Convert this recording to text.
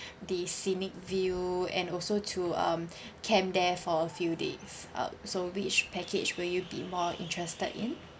the scenic view and also to um camp there for a few days uh so which package will you be more interested in